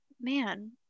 man